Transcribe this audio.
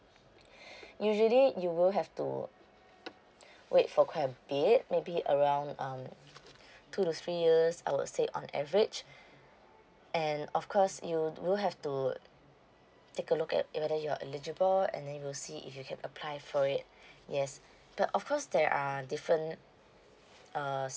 usually you will have to wait for quite a bit maybe around um two to three years I would say on average and of course you do have to take a look at uh whether you're eligible and then you'll see if you can apply for it yes but of course there are different err